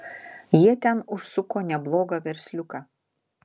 jie ten užsuko neblogą versliuką